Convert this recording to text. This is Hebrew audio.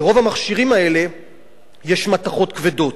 ברוב המכשירים האלה יש מתכות כבדות.